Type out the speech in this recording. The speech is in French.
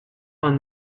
vingt